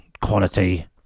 quality